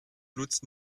lutz